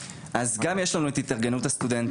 אז גם יש לנו את התארגנות הסטודנטים,